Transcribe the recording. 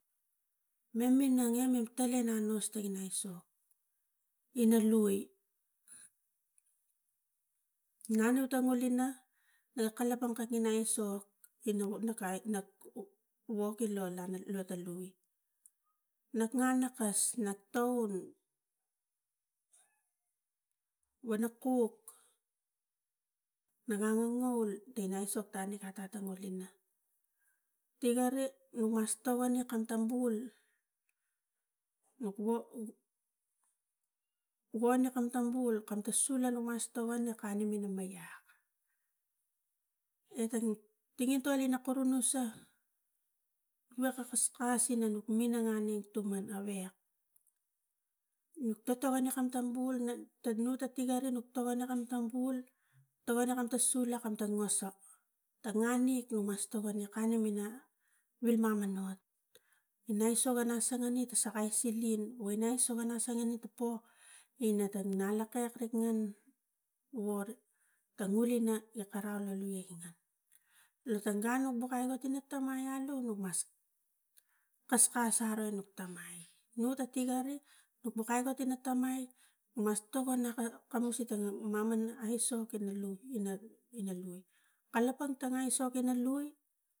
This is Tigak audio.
Nomina nengi pala ga ngas tiga aisok ina lui, no lu tama gina ina kalapang kak ina aisok ina nu ka aitna wok ina langen no ta lui. Mot na nakas na toun wana kuk ne ga ngangavuk te na aisok tane ta ga ta ngulina, te gare mas togon ina kam tam buvan nok wo wona kam tang buvan kam ta su nuk mas togon kalume ina maiog ekeng tangintol ina kurunusa we ka kaskas ina nuk minang aneng tuman awek, nuk totokanam tam bul ina ta nu ta tigara nuk tagara tam su ina masa ta ngani nuk mas tokona kanem ina wil mana not na neisa ga nasingini ta sakai silin na neisa ga nasingini ta pok ina tang ngalokek tak ngan worik tang ngulina e karau la liak lo tang gun nuk iagot ina buk tamai alu nuk mas kaskas areng ina tamai, nu ga tigai reng nuk aigot ina tamai nok mas tokon naka kamus itanga mamanomot ina aisok ina lui nuk kalapang ta aisok tana lui